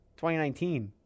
2019